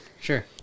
Sure